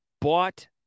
bought